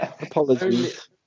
Apologies